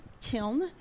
kiln